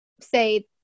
say